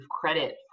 credit